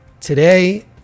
Today